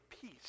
peace